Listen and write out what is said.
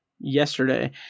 yesterday